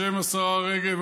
בשם שרת התרבות והספורט,